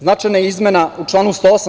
Značajna je izmena u članu 108.